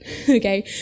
Okay